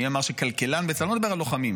אני לא מדבר על לוחמים.